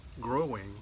growing